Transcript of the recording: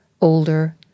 older